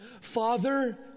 Father